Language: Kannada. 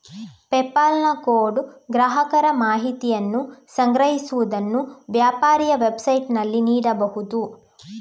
ಪೆಪಾಲ್ ನ ಕೋಡ್ ಗ್ರಾಹಕರ ಮಾಹಿತಿಯನ್ನು ಸಂಗ್ರಹಿಸುವುದನ್ನು ವ್ಯಾಪಾರಿಯ ವೆಬ್ಸೈಟಿನಲ್ಲಿ ನೀಡಬಹುದು